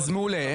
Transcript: אז מעולה,